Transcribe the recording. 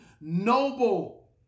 noble